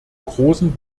großen